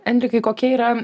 enrikai kokie yra